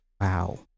Wow